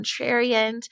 contrarian